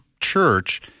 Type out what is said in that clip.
church